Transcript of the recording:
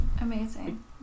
Amazing